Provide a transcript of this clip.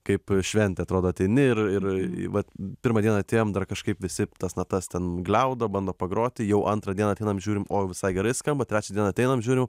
kaip šventė atrodo ateini ir ir vat pirmą dieną atėjom dar kažkaip visi tas natas ten gliaudo bando pagroti jau antrą dieną ateinam žiūrim o jau visai gerai skamba trečią dieną ateinam žiūriu